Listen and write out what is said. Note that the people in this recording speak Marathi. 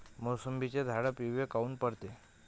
मोसंबीचे झाडं पिवळे काऊन पडते?